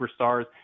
superstars